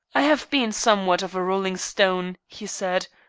i have been somewhat of a rolling stone, he said,